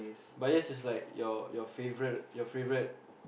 bias is like your your favourite your favourite